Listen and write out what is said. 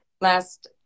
last